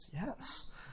yes